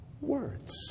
Words